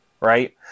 right